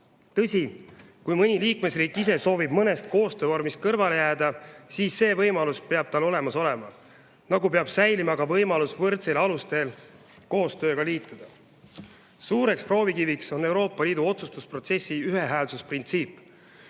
Tõsi, kui mõni liikmesriik ise soovib mõnest koostöövormist kõrvale jääda, siis see võimalus peab tal olemas olema. Nagu peab säilima ka võimalus võrdseil aluseil koostööga liituda. Suureks proovikiviks on Euroopa Liidu otsustusprotsessi ühehäälsusprintsiip.